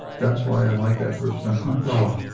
that's why i like that group sometimes. oh